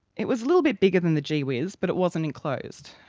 it was a little bit bigger than the gee whiz, but it wasn't enclosed.